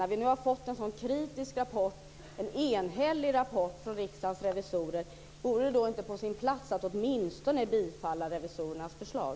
När vi nu har fått en sådan enhällig kritisk rapport från Riksdagens revisorer, vore det då inte på sin plats att åtminstone bifalla revisorernas förslag?